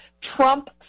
Trump